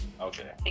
Okay